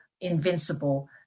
invincible